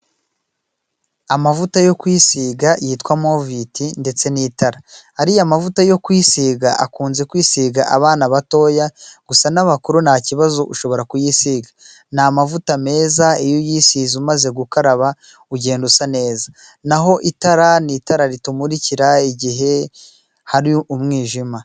Amavuta yo kwiyisiga yitwa moviti ndetse n'itara ariya mavuta yo kwisiga akunze kwisiga abana batoya gusa n'abakuru ntakibazo ushobora kuyisiga ni amavuta meza iyo uyisize umaze gukaraba ugenda usa neza naho itara ni itara ritumurikira igihe hari umwijima.